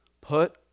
Put